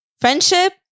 friendship